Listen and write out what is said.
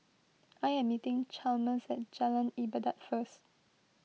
I am meeting Chalmers at Jalan Ibadat first